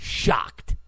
shocked